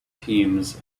teams